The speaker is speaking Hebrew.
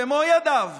במו ידיו,